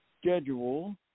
schedule